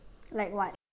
like what